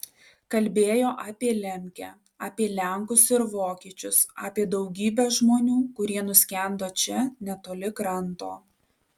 kalbėjo apie lemkę apie lenkus ir vokiečius apie daugybę žmonių kurie nuskendo čia netoli kranto